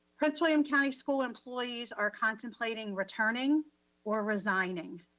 prince william county school employees are contemplating returning or resigning.